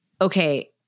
okay